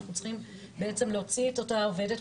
אנחנו צריכים בעצם להוציא את אותה עובדת,